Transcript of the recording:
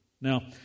Now